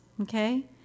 okay